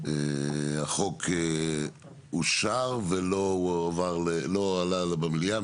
והחוק אושר ולא הועבר, לא הועלה במליאה.